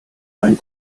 ein